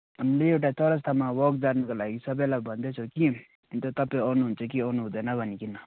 हामीले एउटा चौरस्तामा वक जानुको लागि सबलाई भन्दै छु कि तपाईँ आउनु हुन्छ कि आउनु हुँदैन भनीकन